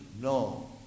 No